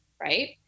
right